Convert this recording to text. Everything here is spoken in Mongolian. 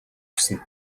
хүснэ